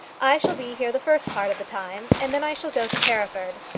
i shall be here the first part of the time, and then i shall go to hereford.